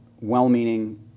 well-meaning